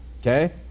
okay